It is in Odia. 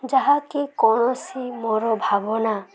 ଯାହାକି କୌଣସି ମୋର ଭାବନା